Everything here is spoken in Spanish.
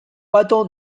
pato